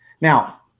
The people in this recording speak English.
Now